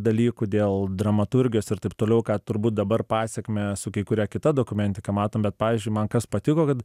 dalykų dėl dramaturgijos ir taip toliau ką turbūt dabar pasekmes su kai kuria kita dokumentika matom bet pavyzdžiui man kas patiko kad